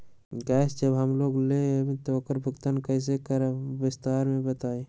Gas जब हम लोग लेम त उकर भुगतान कइसे करम विस्तार मे बताई?